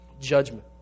judgment